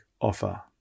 offer